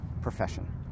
profession